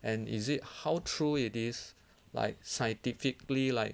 and is it how true it is like scientifically like